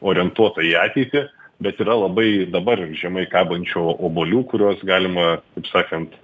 orientuota į ateitį bet yra labai dabar žemai kabančių obuolių kuriuos galima taip sakant